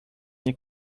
nie